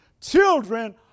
Children